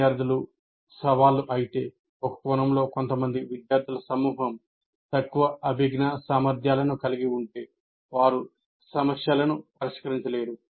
విద్యార్థులు సవాళ్లు అయితే ఒక కోణంలో కొంతమంది విద్యార్థుల సమూహం తక్కువ అభిజ్ఞా సామర్ధ్యాలను కలిగి ఉంటే వారు సమస్యలను పరిష్కరించలేరు